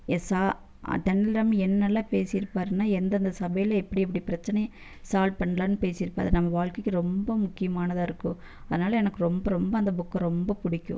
எஸ்ஸா தெனாலிராமன் என்னெல்லாம் பேசிருப்பாயிருனா எந்தெந்த சபையில் எப்டியெப்படி பிரச்சினைய சால்வ் பண்ணலான்னு பேசிருப்பார் நம்ம வாழ்க்கைக்கு ரொம்ப முக்கியமானதாயிருக்கும் அதனால எனக்கு ரொம்ப ரொம்ப அந்த புக்கு ரொம்ப பிடிக்கும்